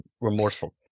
remorseful